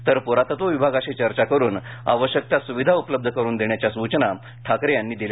तर पुरातत्व विभागाशी चर्चा करुन आवश्यक त्या सुविधा उपलब्ध करून देण्याच्या सुचना ठाकरे यांनी यावेळी दिल्या